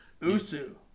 USU